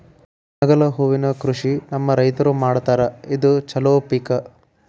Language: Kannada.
ಕನಗಲ ಹೂವಿನ ಕೃಷಿ ನಮ್ಮ ರೈತರು ಮಾಡತಾರ ಇದು ಚಲೋ ಪಿಕ